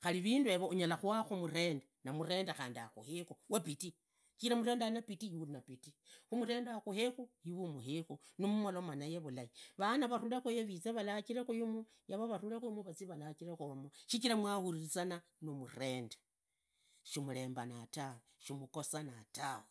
khari vindu yero unyara khuakhu murende na murembe na murembe khandi akhuekhu wabidii shichira murende harina bidii iwe urinabidii, murende akhuekhu iwe unnabidii, murende akhuekhu iwe umuhekhu nimumuloma naye vulai, vana vavulekhu yo vize valajilekhu yumu, yumu vavulekhu vazi valajile yomo shichira muhurizana namurende, shimurembana tawe, shimugosanaa tawe.